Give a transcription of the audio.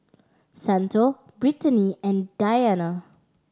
Santo Brittany and Diane